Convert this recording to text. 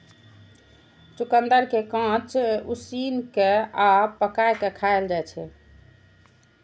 चुकंदर कें कांच, उसिन कें आ पकाय कें खाएल जाइ छै